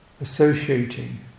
associating